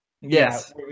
Yes